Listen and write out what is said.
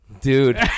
Dude